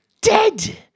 dead